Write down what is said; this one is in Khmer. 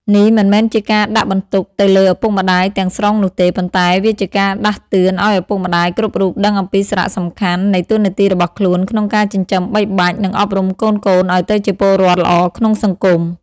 នេះមិនមែនជាការដាក់បន្ទុកទៅលើឪពុកម្ដាយទាំងស្រុងនោះទេប៉ុន្តែវាជាការដាស់តឿនឱ្យឪពុកម្ដាយគ្រប់រូបដឹងអំពីសារៈសំខាន់នៃតួនាទីរបស់ខ្លួនក្នុងការចិញ្ចឹមបីបាច់និងអប់រំកូនៗឱ្យទៅជាពលរដ្ឋល្អក្នុងសង្គម។